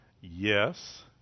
Yes